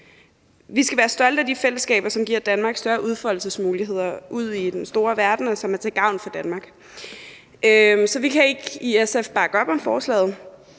Vi skal være stolte af de fællesskaber, som giver Danmark større udfoldelsesmuligheder ude i den store verden, og som er til gavn for Danmark. Vi kan i SF ikke bakke op om forslaget,